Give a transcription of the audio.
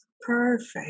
perfect